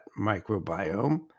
microbiome